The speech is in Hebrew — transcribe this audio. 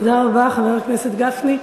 תודה רבה, חבר הכנסת גפני.